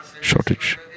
Shortage